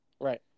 right